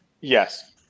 Yes